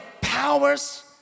powers